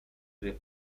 ryb